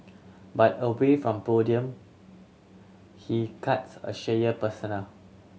but away from podium he cuts a shyer persona